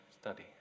study